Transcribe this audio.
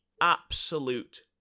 absolute